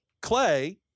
clay